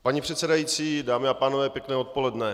Paní předsedající, dámy a pánové, pěkné odpoledne.